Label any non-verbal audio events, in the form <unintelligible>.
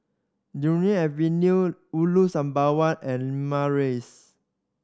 <unintelligible> Avenue Ulu Sembawang and Limau Rise